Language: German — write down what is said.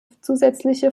zusätzliche